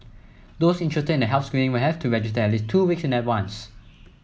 those interested in the health screening will have to register at least two week in advance